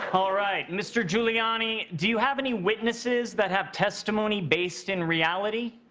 all right, mr. giuliani, do you have any witnesses that have testimony based in reality?